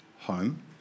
home